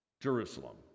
Jerusalem